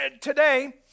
today